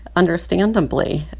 understandably.